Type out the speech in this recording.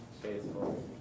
Faithful